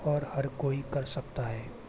और हर कोई कर सकता है